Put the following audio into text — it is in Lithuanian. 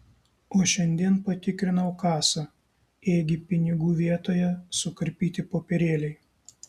o šiandien patikrinau kasą ėgi pinigų vietoje sukarpyti popierėliai